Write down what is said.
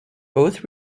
both